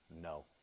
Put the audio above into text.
No